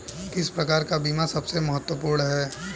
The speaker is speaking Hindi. किस प्रकार का बीमा सबसे महत्वपूर्ण है?